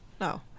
No